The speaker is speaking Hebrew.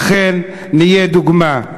אכן נהיה דוגמה.